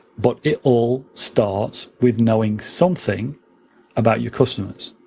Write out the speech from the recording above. but it all starts with knowing something about your customers.